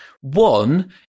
One